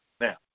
now